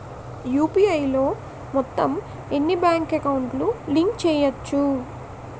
UPI లో మొత్తం ఎన్ని బ్యాంక్ అకౌంట్ లు లింక్ చేయచ్చు?